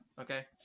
Okay